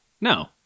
No